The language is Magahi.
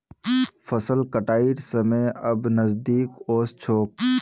फसल कटाइर समय अब नजदीक ओस छोक